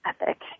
epic